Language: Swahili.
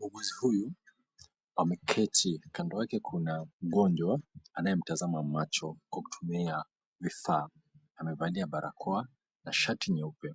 Muuguzi huyu ameketi, kando yake kuna mgonjwa anayemtazama macho kwa kutumia vifaa amevalia barakoa na shati nyeupe